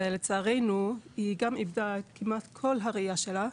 לצערנו היא גם איבדה כמעט את כל הראייה שלה,